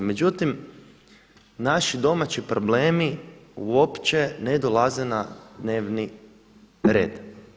Međutim, naši domaći problemi uopće ne dolaze na dnevni red.